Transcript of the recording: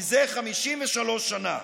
זה 53 שנה.